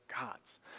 gods